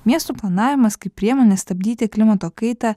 miestų planavimas kaip priemonė stabdyti klimato kaitą